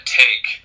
take